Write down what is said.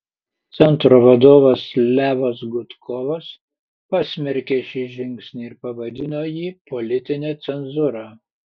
centro vadovas levas gudkovas pasmerkė šį žingsnį ir pavadino jį politine cenzūra